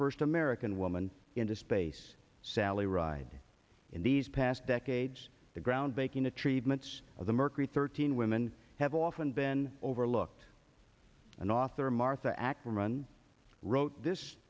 first american woman into space sally ride in these past decades the groundbreaking the treatments of the mercury thirteen women have often been overlooked an author martha ackerman wrote this